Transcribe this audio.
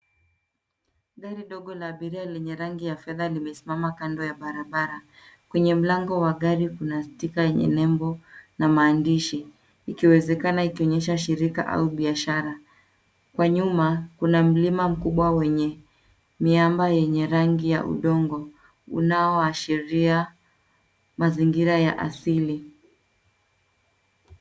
Gari ndogo ya abiria lenye rangi ya fedha limesimama kando ya barabara. Kwenye mlango wa gari kuna stika yenye nembo na maandishi ikiwezekana ikionyesha shirika au biashara. Kwa nyuma kuna mlima mkubwa wenye miamba yenye rangi ya udongo unaoashiria mazingira ya asili.